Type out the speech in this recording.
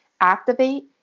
activate